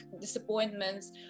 disappointments